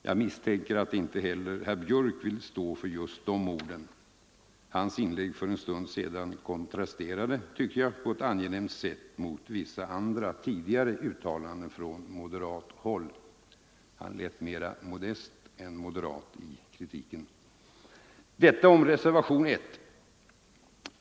Jag misstänker att inte heller herr Björck i Nässjö vill stå för just de orden — hans inlägg för en stund sedan kontrasterade, tycker jag, på ett angenämt sätt mot vissa andra tidigare uttalanden från moderathåll. Han lät mera modest än moderat i kritiken. - Detta om reservationen 1.